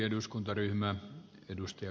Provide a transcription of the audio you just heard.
herra puhemies